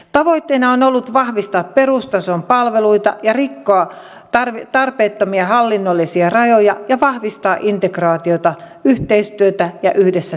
tavoitteena on ollut vahvistaa perustason palveluita ja rikkoa tarpeettomia hallinnollisia rajoja ja vahvistaa integraatiota yhteistyötä ja yhdessä tekemistä